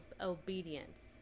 obedience